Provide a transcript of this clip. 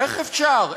איך אפשר?